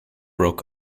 rock